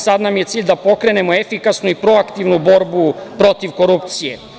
Sada nam je cilj da pokrenemo efikasnu i proaktivnu borbu protiv korupcije.